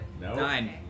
nine